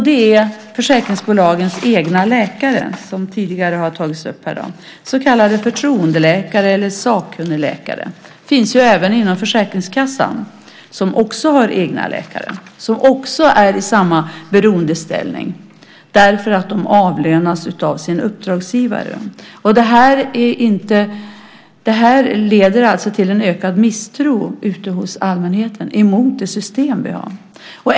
Det är försäkringsbolagens egna läkare, som tidigare har tagits upp här, så kallade förtroendeläkare eller sakkunnigläkare. De finns även inom Försäkringskassan, som också har egna läkare, som är i samma beroendeställning därför att de avlönas av sin uppdragsgivare. Det här leder till en ökad misstro ute hos allmänheten emot det system vi har.